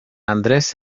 andrés